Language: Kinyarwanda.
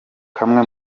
kamwe